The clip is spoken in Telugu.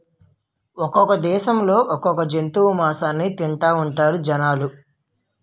ఒక్కొక్క దేశంలో ఒక్కొక్క జంతువు మాసాన్ని తింతాఉంటారు జనాలు